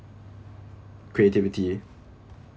creativity